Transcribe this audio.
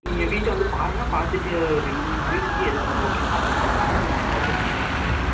நீங்கள் வீட்டை வந்து பாருங்கள் பார்த்துட்டு ரெண்டு மூணு வீடு இருக்கு எது ஓகேன்னு பார்த்துட்டு சொன்னிங்கன்னா நீங்கள் ஓகே பண்ணிக்கலாம்ங்க சார்